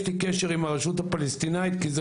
יש לי קשר עם הרשות הפלסטינית כי זה